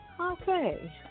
Okay